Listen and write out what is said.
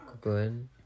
Good